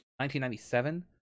1997